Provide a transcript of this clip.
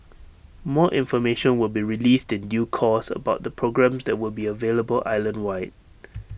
more information will be released in due course about the programmes that will be available island wide